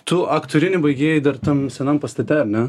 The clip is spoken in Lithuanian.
tu aktorinį baigei dar tam senam pastate ane